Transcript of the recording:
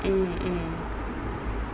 mm mm